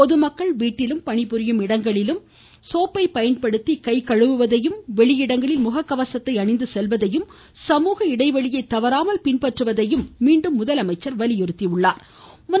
பொதுமக்கள் வீட்டிலும் பணிபுரியும் இடங்களிலும் அடிக்கடி சோப்பை பயன்படுத்தி கை கழுவுவதையும் வெளியிடங்களில் முகக்கவசத்தை அணிந்து செல்வதையும் சமூக இடைவெளியை தவறாமல் பின்பற்றுவதையும் மீண்டும் முதலமைச்சர் வலியுறுத்தியுள்ளார்